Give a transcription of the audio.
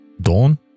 Dawn